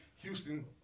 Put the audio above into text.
Houston